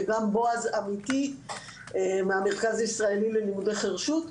וגם בועז עמיתי מהמרכז הישראלי ללימודי חירשות,